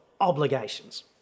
obligations